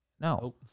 no